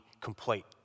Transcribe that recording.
complete